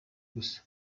gusa